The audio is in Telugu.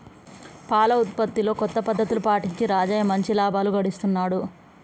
పాల ఉత్పత్తిలో కొత్త పద్ధతులు పాటించి రాజయ్య మంచి లాభాలు గడిస్తున్నాడు